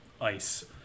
ice